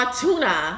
tuna